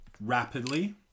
rapidly